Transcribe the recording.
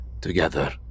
together